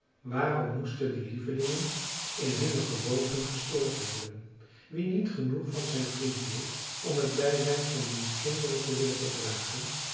waarom moesten die lievelingen in hunne gewoonten gestoord worden wie niet genoeg van zijn vriend hield om het bijzijn van diens kinderen te willen verdragen